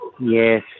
Yes